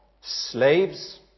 slaves